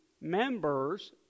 members